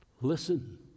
Listen